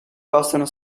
possono